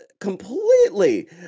completely